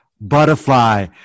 butterfly